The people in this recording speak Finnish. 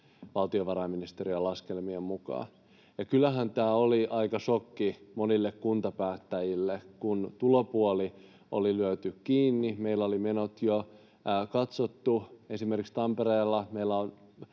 valtiovarainministeriön laskelmien mukaan. Kyllähän tämä oli aika šokki monille kuntapäättäjille, kun tulopuoli oli lyöty kiinni, meillä oli menot jo katsottu. Esimerkiksi Tampereella meillä on